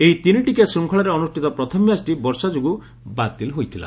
ଏହି ତିନିଟିକିଆ ଶୃଙ୍ଖଳାରେ ଅନୁଷ୍ଠିତ ପ୍ରଥମ ମ୍ୟାଚ୍ଟି ବର୍ଷା ଯୋଗୁଁ ବାତିଲ ହୋଇଥିଲା